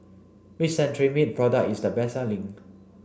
which Cetrimide product is the best selling